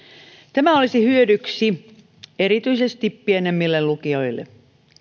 tämä olisi hyödyksi erityisesti pienemmille lukioille